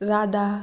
Radha